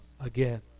again